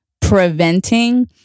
preventing